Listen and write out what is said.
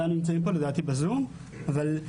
נמצאים איתנו בזום והם יוכלו לדבר על זה.